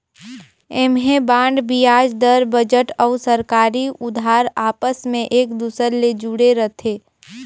ऐम्हें बांड बियाज दर, बजट अउ सरकारी उधार आपस मे एक दूसर ले जुड़े रथे